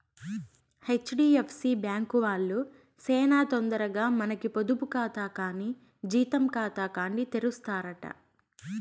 HDFC bank వాల్లు సేనా తొందరగా మనకి పొదుపు కాతా కానీ జీతం కాతాగాని తెరుస్తారట